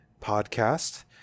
podcast